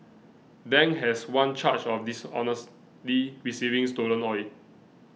Dang has one charge of dishonestly receiving stolen oil